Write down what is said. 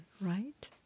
right